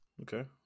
Okay